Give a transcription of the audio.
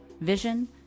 vision